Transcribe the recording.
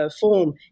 form